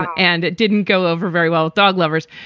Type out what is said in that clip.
and it didn't go over very well with dog lovers.